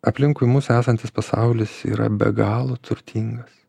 aplinkui mus esantis pasaulis yra be galo turtingas